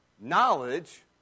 Knowledge